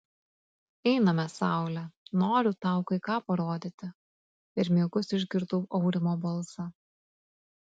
einame saule noriu tau kai ką parodyti per miegus išgirdau aurimo balsą